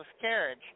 carriage